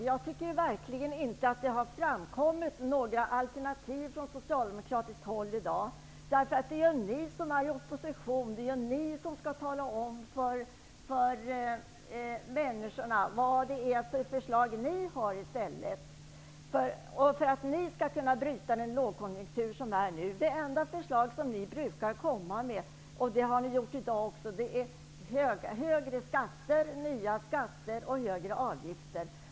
Jag tycker verkligen inte att det har framkommit några alternativ från socialdemokratiskt håll. Det är ni som är i opposition. Det är ni som skall tala om för människorna vilka förslag ni har i stället för regeringens, för att ni skall kunna bryta den lågkonjunktur som råder nu. Det enda förslag som ni brukar komma med, och det har ni gjort i dag också, är högre skatter, nya skatter och högre avgifter.